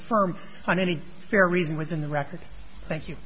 affirm on any fair reason within the record thank you